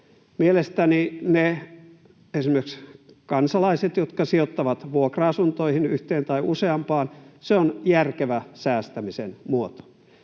Mielestäni esimerkiksi kansalaisille sijoittaminen vuokra-asuntoihin, yhteen tai useampaan, on järkevä säästämisen muoto.